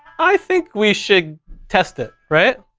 i think we should test it, right?